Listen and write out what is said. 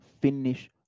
finish